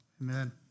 amen